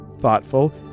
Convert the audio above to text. thoughtful